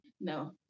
No